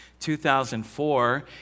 2004